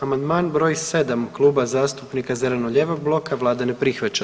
Amandman br. 7 Kluba zastupnika zeleno-lijevog bloka, Vlada ne prihvaća.